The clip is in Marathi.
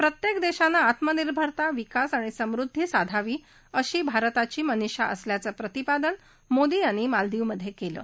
प्रत्यक्त दक्षीन आत्मनिर्भरता विकास आणि समृद्दी साधावी अशी भारताची मनिषा असल्याचं प्रतिपादन मोदी यांनी मालदिवमध कलि